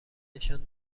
نشان